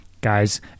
guys